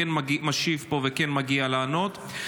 כן משיב פה וכן מגיע לענות.